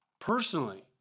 personally